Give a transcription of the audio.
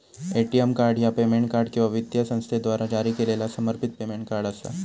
ATM card ह्या payment card किंवा वित्तीय संस्थेद्वारा जारी केलेला समर्पित पेमेंट कार्ड असा